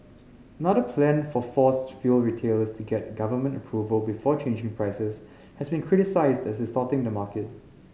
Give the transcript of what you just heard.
another plan for force fuel retailers to get government approval before changing prices has been criticised as distorting the market